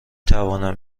توانم